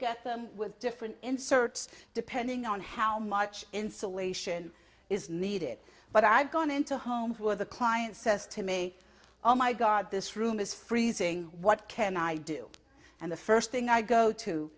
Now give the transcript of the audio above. get different inserts depending on how much insulation is needed but i've gone into homes where the client says to me oh my god this room is freezing what can i do and the first thing i go to